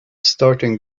starting